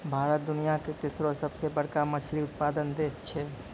भारत दुनिया के तेसरो सभ से बड़का मछली उत्पादक देश छै